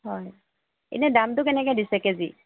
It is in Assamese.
হয় এনে দামটো কেনেকৈ দিছে কেজি